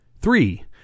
Three